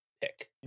pick